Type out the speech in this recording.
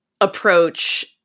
approach